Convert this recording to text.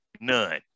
none